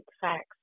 facts